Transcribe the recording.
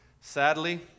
sadly